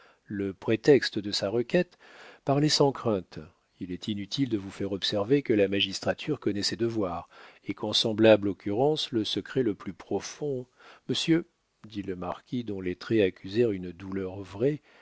le prétexte de sa requête parlez sans crainte il est inutile de vous faire observer que la magistrature connaît ses devoirs et qu'en semblable occurrence le secret le plus profond monsieur dit le marquis dont les traits accusèrent une douleur vraie